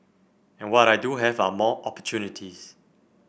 and what I do have are more opportunities